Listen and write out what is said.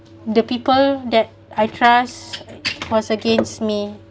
the people that I trust was against me